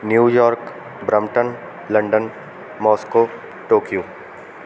New York Brampton London Moscow Tokyo